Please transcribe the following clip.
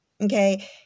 okay